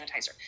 sanitizer